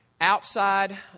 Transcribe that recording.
outside